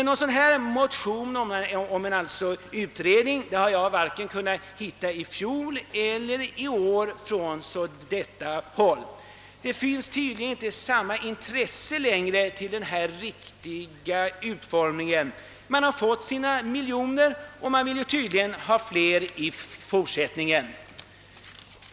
Någon motion om en sådan utredning har jag inte kunnat hitta vare sig i fjol eller i år från detta håll. Det finns tydligen inte samma intresse längre för en riktig utformning — man har fått sina miljoner och vill tydligen ha flera i fortsättningen.